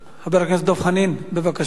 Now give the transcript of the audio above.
חבר הכנסת דב חנין, בבקשה.